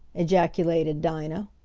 ejaculated dinah.